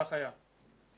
כך היה.